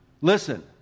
Listen